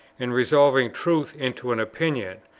and resolving truth into an opinion,